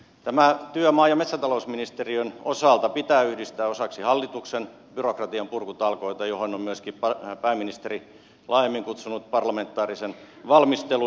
tämä työ maa ja metsätalousministeriön osalta pitää yhdistää osaksi hallituksen byrokratianpurkutalkoita joihin on myöskin pääministeri laajemmin kutsunut parlamentaarisen valmistelun